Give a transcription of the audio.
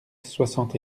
soixante